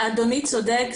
אדוני צודק,